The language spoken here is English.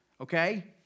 okay